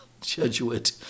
Jesuit